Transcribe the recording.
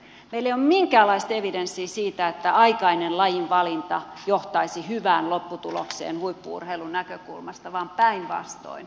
meillä ei ole minkäänlaista evidenssiä siitä että aikainen lajin valinta johtaisi hyvään lopputulokseen huippu urheilun näkökulmasta vaan päinvastoin